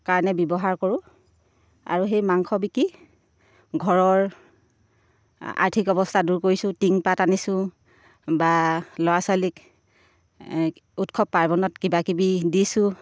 কাৰণে ব্যৱহাৰ কৰোঁ আৰু সেই মাংস বিকি ঘৰৰ আৰ্থিক অৱস্থা দূৰ কৰিছোঁ টিংপাত আনিছোঁ বা ল'ৰা ছোৱালীক উৎসৱ পাৰ্বণত কিবা কিবি দিছোঁ